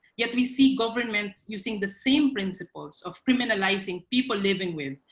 yet we see governments using the same principles of criminalising people living with,